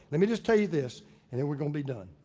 let me just tell you this and then we're gonna be done.